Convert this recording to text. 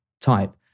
type